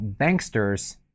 banksters